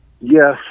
Yes